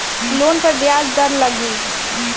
Loan पर ब्याज दर लगी?